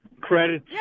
credit